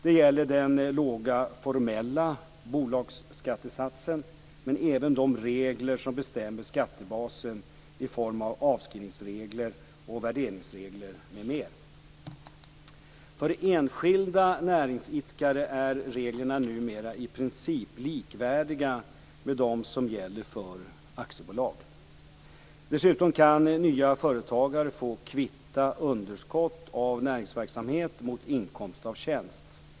Det gäller den låga formella bolagsskattesatsen men även de regler som bestämmer skattebasen i form av avskrivningsregler och värderingsregler m.m. För enskilda näringsidkare är reglerna numera i princip likvärdiga med de som gäller för aktiebolag. Dessutom kan nya företagare få kvitta underskott av näringsverksamhet mot inkomst av tjänst.